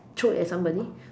throw at somebody